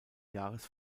jahres